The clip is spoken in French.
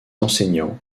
enseignants